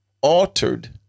altered